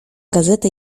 gazetę